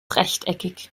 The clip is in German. rechteckig